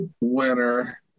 winner